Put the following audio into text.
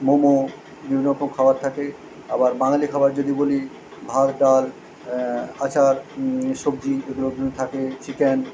মোমো বিভিন্ন রকম খাবার থাকে আবার বাঙালি খাবার যদি বলি ভাত ডাল আচার সবজি এগুলো থাকে চিকেন